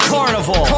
Carnival